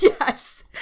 Yes